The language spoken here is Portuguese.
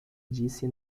disse